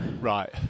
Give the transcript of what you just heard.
right